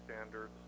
standards